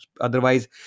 Otherwise